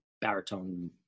baritone